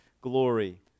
glory